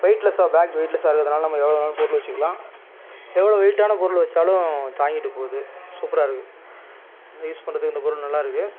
wait லெஸ்ஸாக bag weight லெஸ்ஸாக இருக்கிறதுனால நம்ம எவ்வளோ வேணாலும் பொருள் வச்சுக்கலாம் எவ்வளோ வெயிட்டான பொருள் வச்சாலும் தாங்கிகிட்டு போது சூப்பராக இருக்கு வந்து யூஸ் பண்ணுறதுக்கு இந்த பொருள் நல்லாருக்கு